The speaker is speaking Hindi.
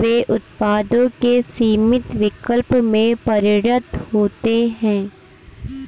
वे उत्पादों के सीमित विकल्प में परिणत होते है